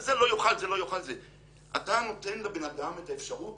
אתה נותן לבן אדם את האפשרות